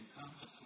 consciously